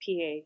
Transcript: PA